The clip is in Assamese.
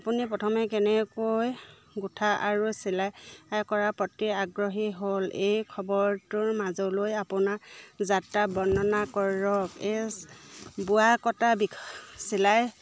আপুনি প্ৰথমে কেনেকৈ গোঁঠা আৰু চিলাই কৰাৰ প্ৰতি আগ্ৰহী হ'ল এই খবৰটোৰ মাজলৈ আপোনাৰ যাত্ৰা বৰ্ণনা কৰক এই বোৱা কটা চিলাই